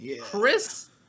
Chris